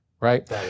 right